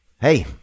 Hey